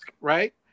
right